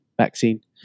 vaccine